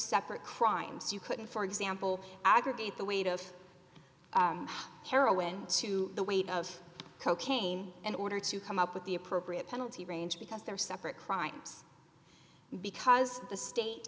separate crimes you couldn't for example aggregate the weight of heroin to the weight of cocaine in order to come up with the appropriate penalty range because they're separate crimes because the state